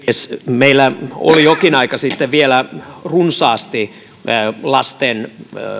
meillä oli jokin aika sitten vielä runsaasti lasten